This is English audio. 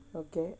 okay